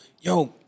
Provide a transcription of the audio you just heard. Yo